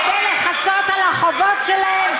כדי לכסות על החובות שלהם,